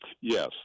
Yes